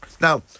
Now